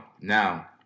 Now